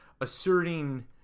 asserting